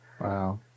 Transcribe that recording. Wow